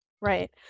Right